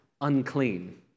unclean